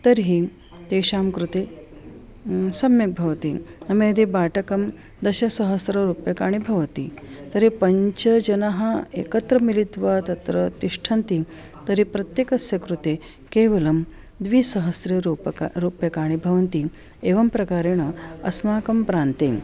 तर्हि तेषां कृते सम्यक् भवति नाम यदि भाटकं दशसहस्ररूप्यकाणि भवन्ति तर्हि पञ्च जनाः एकत्र मिलित्वा तत्र तिष्ठन्ति तर्हि प्रत्येकस्य कृते केवलं द्विसहस्रं रूप्यकं रूप्यकाणि भवन्ति एवं प्रकारेण अस्माकं प्रान्ते